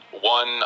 one